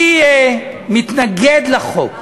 אני מתנגד לחוק.